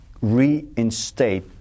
reinstate